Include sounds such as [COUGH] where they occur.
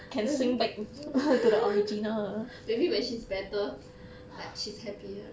[LAUGHS] maybe when she's better like she's happier